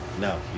No